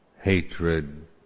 hatred